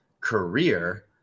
career